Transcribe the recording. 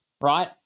right